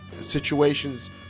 situations